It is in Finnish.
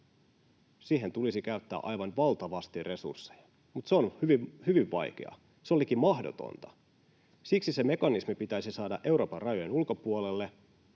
tulisi käyttää aivan valtavasti resursseja, se on hyvin vaikeaa. Se on liki mahdotonta. Siksi se mekanismi pitäisi saada Euroopan rajojen ulkopuolelle,